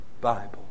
Bible